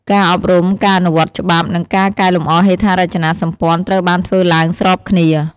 ការអប់រំ ការអនុវត្តច្បាប់ និងការកែលម្អហេដ្ឋារចនាសម្ព័ន្ធត្រូវបានធ្វើឡើងស្របគ្នា។